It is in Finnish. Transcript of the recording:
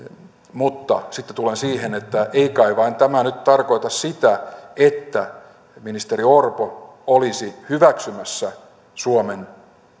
mutta sitten tullaan siihen että ei kai tämä nyt vain tarkoita sitä että ministeri orpo olisi hyväksymässä suomen